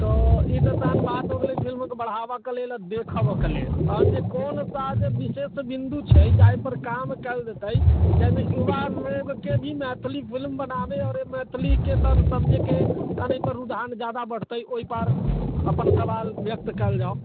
तऽ ई तऽ तहन बात हो गेलै फिल्मके बढ़ावा कऽ लेल आओर देखबऽ कऽ लेल तहन जे कोनसा जे विशेष बिन्दु छै जाहि पर काम कयल जेतै जाहिमे युवा लोगकेँ भी मैथिली फिलिम बनाबे आओर मैथिलीके तहन समझैके तहन एहि पर रुझान जादा बढ़तै ओहि पर अपन सवाल व्यक्त कयल जाओ